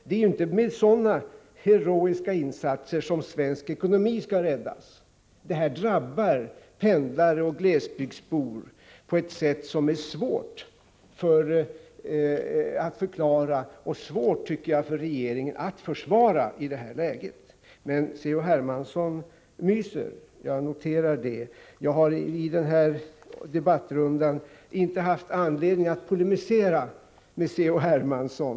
Det är ju inte med sådana heroiska insatser som svensk ekonomi skall räddas. Åtgärderna drabbar pendlare och glesbygdsbor på ett sätt som det är svårt för regeringen att förklara och svårt att i det här läget försvara. Men C.-H. Hermansson myser. Jag noterar det. Jag har i den här debattrundan inte haft anledning att polemisera mot C.-H. Hermansson.